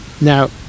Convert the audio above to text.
Now